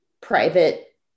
private